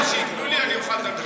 כמה שייתנו לי, אני אוכל לדבר.